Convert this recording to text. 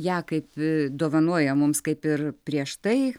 ją kaip dovanoja mums kaip ir prieš tai